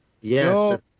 Yes